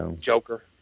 Joker